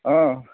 অঁ